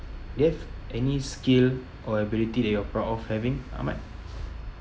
do you have any skill or ability that you are proud of having ahmad